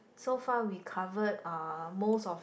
so far we covered uh most of